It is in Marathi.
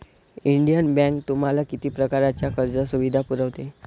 इंडियन बँक तुम्हाला किती प्रकारच्या कर्ज सुविधा पुरवते?